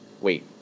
wait